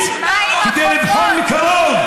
כדי להצביע,